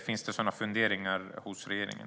Finns det sådana funderingar hos regeringen?